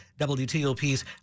WTOP's